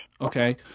Okay